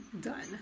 done